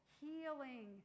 healing